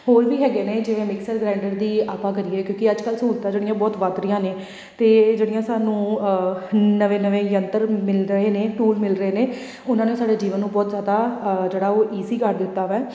ਹੋਰ ਵੀ ਹੈਗੇ ਨੇ ਜਿਵੇਂ ਮਿਕਸਰ ਗਰੈਂਡਰ ਦੀ ਆਪਾਂ ਕਰੀਏ ਕਿਉਂਕਿ ਅੱਜ ਕੱਲ੍ਹ ਸਹੂਲਤਾਂ ਜਿਹੜੀਆਂ ਬਹੁਤ ਵੱਧ ਰਹੀਆਂ ਨੇ ਅਤੇ ਜਿਹੜੀਆਂ ਸਾਨੂੰ ਨਵੇਂ ਨਵੇਂ ਯੰਤਰ ਮਿਲ ਰਹੇ ਨੇ ਟੂਲ ਮਿਲ ਰਹੇ ਨੇ ਉਹਨਾਂ ਨੇ ਸਾਡੇ ਜੀਵਨ ਨੂੰ ਬਹੁਤ ਜ਼ਿਆਦਾ ਜਿਹੜਾ ਉਹ ਈਜ਼ੀ ਕਰ ਦਿੱਤਾ ਵੈ